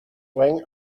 rang